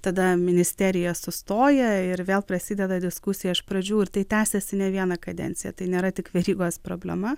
tada ministerija sustoja ir vėl prasideda diskusija iš pradžių ir tai tęsiasi ne vieną kadenciją tai nėra tik verygos problema